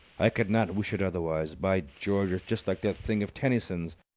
i could not wish it otherwise. by george! it's just like that thing of tennyson's.